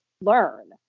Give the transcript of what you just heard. learn